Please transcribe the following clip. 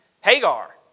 Hagar